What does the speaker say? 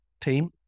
team